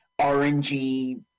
orangey